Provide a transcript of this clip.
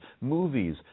movies